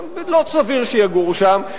לא סביר שיגורו שם.